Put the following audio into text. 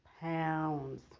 pounds